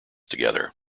together